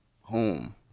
home